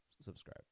subscribe